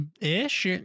ish